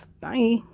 bye